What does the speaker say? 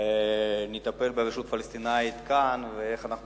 נטפל ברשות הפלסטינית כאן, ואיך אנחנו